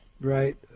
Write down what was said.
right